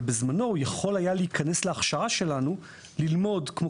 אבל בזמנו הוא יכול היה להיכנס להכשרה שלנו ללמוד כמו